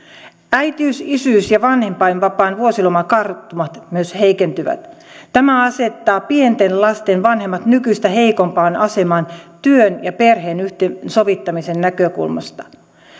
äitiys isyys ja vanhempainvapaan vuosilomakarttumat myös heikentyvät tämä asettaa pienten lasten vanhemmat nykyistä heikompaan asemaan työn ja perheen yhteensovittamisen näkökulmasta